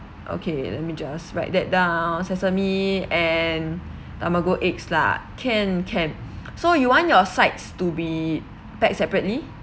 okay let me just write that down sesame and tamago eggs lah can can so you want your sides to be packed separately